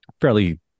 fairly